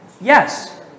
Yes